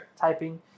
typing